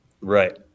right